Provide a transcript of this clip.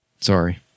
Sorry